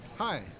Hi